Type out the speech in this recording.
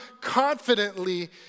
confidently